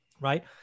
right